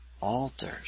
altars